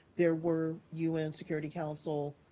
there were un security council